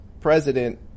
president